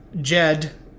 Jed